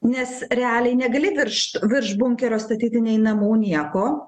nes realiai negali virš virš bunkerio statyti nei namų nieko